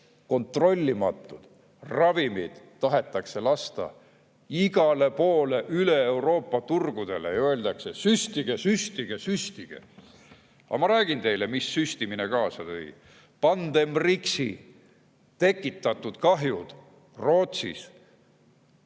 kontrollimata ravimid tahetakse lasta igale poole üle Euroopa turgudele ja öeldakse: süstige, süstige, süstige. Ma räägin teile, mida süstimine kaasa tõi: Pandemrixi tekitatud kahjud Rootsis.